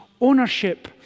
ownership